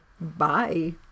Bye